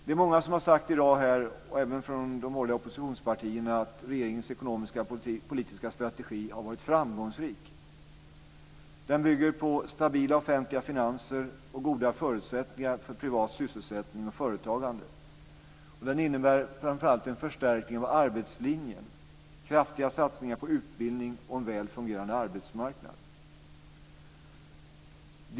Det är många, även från de borgerliga oppositionspartierna, som har sagt i dag här att regeringens ekonomiskpolitiska strategi har varit framgångsrik. Den bygger på stabila offentliga finanser och goda förutsättningar för privat sysselsättning och företagande. Den innebär framför allt en förstärkning av arbetslinjen, kraftiga satsningar på utbildning och en väl fungerande arbetsmarknad.